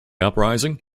uprising